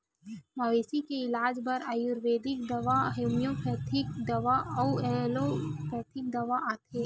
मवेशी के इलाज बर आयुरबेदिक दवा, होम्योपैथिक दवा अउ एलोपैथिक दवा आथे